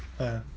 mm